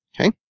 Okay